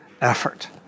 effort